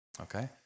Okay